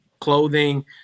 clothing